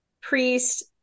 priest